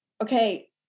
okay